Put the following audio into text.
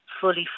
fully